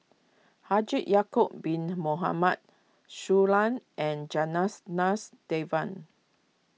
Haji Ya'Acob Bin Mohamed Shui Lan and Janas Nas Devan